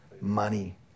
Money